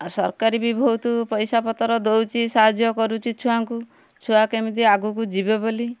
ସରକାରୀ ବି ବହୁତ ପଇସା ପତ୍ର ଦଉଛି ସାହାଯ୍ୟ କରୁଛି ଛୁଆଙ୍କୁ ଛୁଆ କେମିତି ଆଗକୁ ଯିବେ ବୋଲି